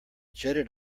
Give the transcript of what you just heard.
jetted